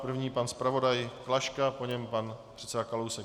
První pan zpravodaj Klaška, po něm pan předseda Kalousek.